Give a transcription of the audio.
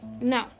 no